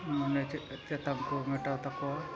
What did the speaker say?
ᱢᱟᱱᱮ ᱪᱮᱫ ᱛᱮᱛᱟᱝᱠᱚ ᱢᱮᱴᱟᱣ ᱛᱟᱠᱚᱣᱟ